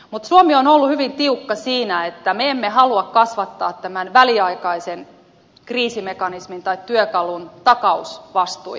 mutta suomi on ollut hyvin tiukka siinä että me emme halua kasvattaa tämän väliaikaisen kriisimekanismin tai työkalun takausvastuita